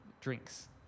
drinks